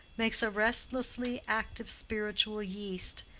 makes a restlessly active spiritual yeast,